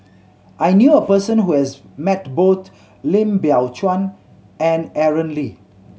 I knew a person who has met both Lim Biow Chuan and Aaron Lee